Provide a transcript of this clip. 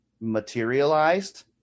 materialized